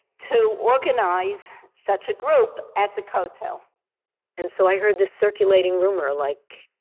to organize such a group at the kotel and so i heard this circulating rumor like,